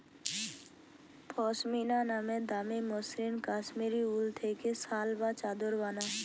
পশমিনা মানে দামি মসৃণ কাশ্মীরি উল থেকে শাল বা চাদর বানায়